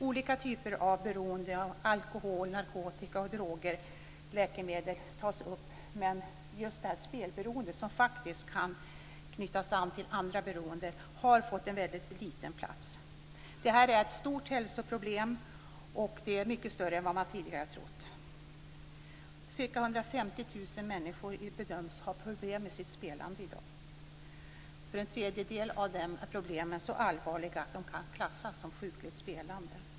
Olika typer av beroende av alkohol, narkotika, droger och läkemedel tas upp, men just spelberoendet, som faktiskt kan knytas an till andra beroenden, har fått en väldigt liten plats. Det är ett stort hälsoproblem, mycket större än vad man tidigare trott. Ca 150 000 människor bedöms ha problem med sitt spelande i dag. För en tredjedel av dem är problemen så allvarliga att de kan klassas som sjukligt spelande.